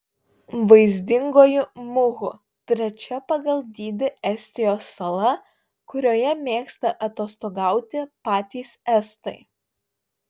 vaizdingoji muhu trečia pagal dydį estijos sala kurioje mėgsta atostogauti patys estai